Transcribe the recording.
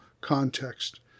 Context